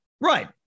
right